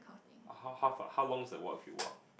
how how far how long is the walk if you walk